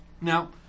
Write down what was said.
Now